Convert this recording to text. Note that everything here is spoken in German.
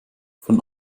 von